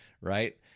right